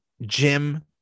Jim